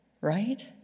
right